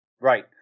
Right